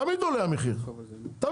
תמיד עולה המחיר תמיד,